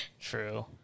True